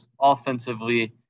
offensively